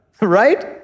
right